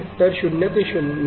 तर 0 ते 9